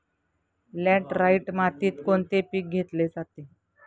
Laterite मातीत कोणते पीक घेतले जाते?